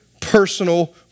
personal